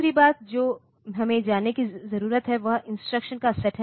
दूसरी बात जो हमें जानने की जरूरत है वह है इंस्ट्रक्शंस का सेट